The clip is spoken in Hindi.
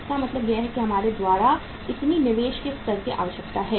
इसका मतलब है कि हमारे द्वारा इतने निवेश के स्तर की आवश्यकता है